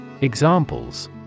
Examples